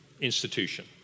institution